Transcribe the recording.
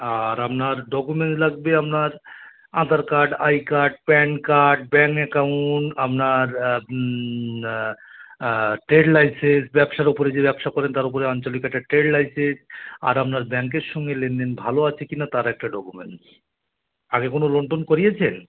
আর আপনার ডকুমেন্টস লাগবে আপনার Aadhaar card I card PAN card bank account আপনার ট্রেড লাইসেন্স ব্যাবসার ওপরে যে ব্যবসা করেন তার ওপরে আঞ্চলিক একটা ট্রেড লাইসেন্স আর আপনার ব্যাংকের সঙ্গে লেনদেন ভালো আছে কিনা তার একটা ডকুমেন্টস আগে কোনো লোন টোন করিয়েছেন